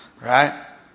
Right